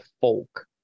folk